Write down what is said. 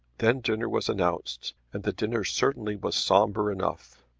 then dinner was announced, and the dinner certainly was sombre enough.